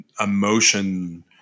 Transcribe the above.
emotion